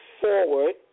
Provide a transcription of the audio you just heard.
forward